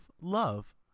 love